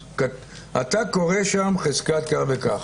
אתה קורא שם: חזקת כך וכך,